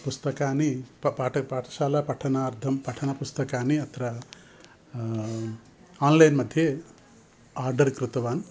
पुस्तकानि प पठ पाठशाला पठनार्थं पठनपुस्तकानि अत्र आन्लैन् मध्ये आर्डर् कृतवान्